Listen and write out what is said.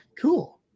cool